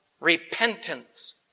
Repentance